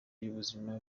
y’ubuzima